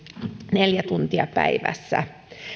neljä tuntia päivässä